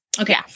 Okay